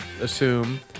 assume